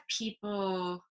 people